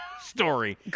Story